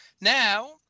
Now